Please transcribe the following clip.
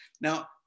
now